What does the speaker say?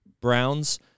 Browns